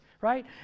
right